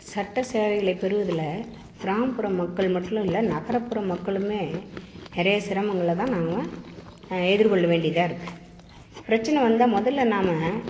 சட்ட சேவைகளை பெறுவதில் கிராமப்புற மக்கள் மட்டும் இல்லை நகர்புற மக்களுமே நிறைய சிரமங்களை தான் நாங்கள் எதிர்கொள்ள வேண்டியதாக இருக்குது பிரச்சனை வந்தால் முதல்ல நாம